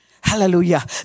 Hallelujah